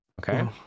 Okay